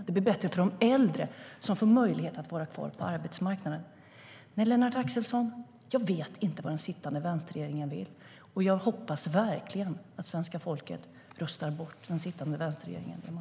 Det blir även bättre för de äldre, som får möjlighet att vara kvar på arbetsmarknaden.